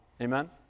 Amen